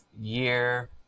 year